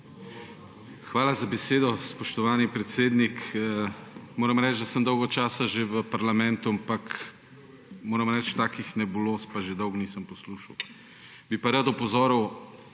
Hvala za besedo, spoštovani predsednik. Moram reči, da sem dolgo časa že v parlamentu, ampak moram reči takih nebuloz pa že dolgo nisem poslušal. Bi pa rad opozoril,